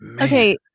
okay